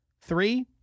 three